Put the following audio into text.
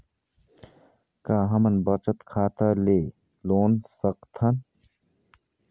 का हमन बचत खाता ले लोन सकथन?